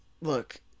look